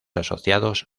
asociados